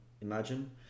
imagine